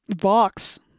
Vox